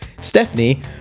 Stephanie